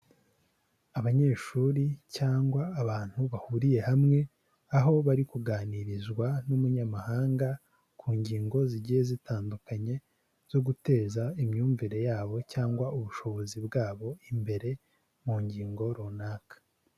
Abanyeshuri cyangwa abantu bahuriye hamwe, aho bari kuganirizwa n'umunyamahanga ku ngingo zigiye zitandukanye zo guteza imyumvire yabo cyangwa ubushobozi bwabo imbere mu ngingo runaka.